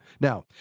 Now